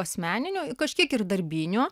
asmeninių kažkiek ir darbinių